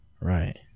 Right